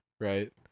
right